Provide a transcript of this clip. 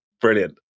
Brilliant